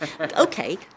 Okay